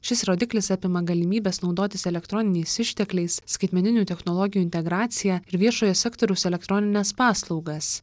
šis rodiklis apima galimybes naudotis elektroniniais ištekliais skaitmeninių technologijų integraciją ir viešojo sektoriaus elektronines paslaugas